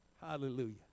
Hallelujah